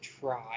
try